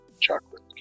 chocolate